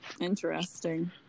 Interesting